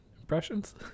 impressions